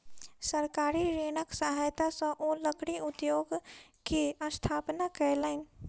सरकारी ऋणक सहायता सॅ ओ लकड़ी उद्योग के स्थापना कयलैन